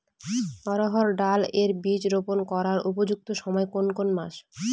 অড়হড় ডাল এর বীজ রোপন করার উপযুক্ত সময় কোন কোন মাস?